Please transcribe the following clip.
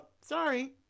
Sorry